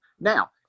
now